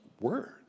word